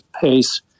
pace